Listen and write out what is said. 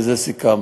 ובזה סיכמנו.